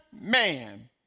man